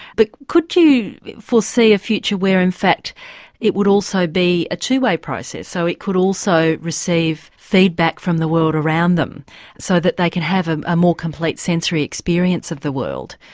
but could you foresee a future where in fact it would also be a two-way process, so it could also receive feedback from the world around them so that they can have ah a more complete sensory experience of the world.